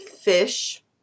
fish